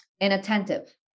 inattentive